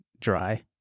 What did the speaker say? dry